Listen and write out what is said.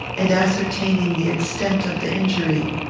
and ascertaining the extent of the injury.